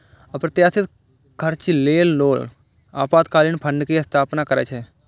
अप्रत्याशित खर्च लेल लोग आपातकालीन फंड के स्थापना करै छै